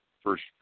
first